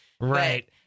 Right